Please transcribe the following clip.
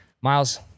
Miles